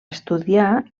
estudiar